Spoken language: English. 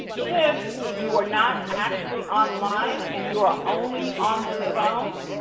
if you are not actually online and you are only on the phone,